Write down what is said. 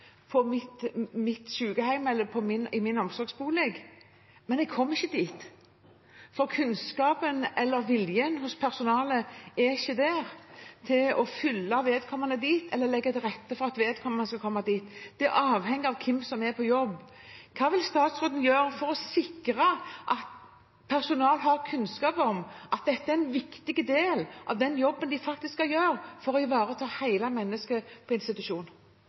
på besøk på deres sykehjem eller i deres omsorgsbolig, kommer de seg ikke dit, for kunnskapen eller viljen hos personalet til å følge vedkommende dit eller til å legge til rette for at vedkommende skal komme seg dit, er ikke der. Det er avhengig av hvem som er på jobb. Hva vil statsråden gjøre for å sikre at personalet har kunnskap om at dette faktisk er en viktig del av den jobben de skal gjøre for å ivareta det hele mennesket på